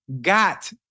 Got